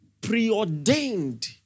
preordained